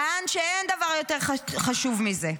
טען שאין דבר יותר חשוב מזה,